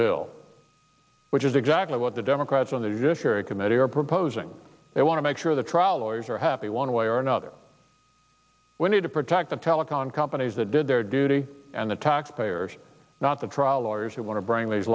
bill which is exactly what the democrats on the committee are proposing they want to make sure the trial lawyers are happy one way or another we need to protect the telecom companies that did their duty and the taxpayers not the trial lawyers who want to bring these